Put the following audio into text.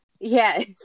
yes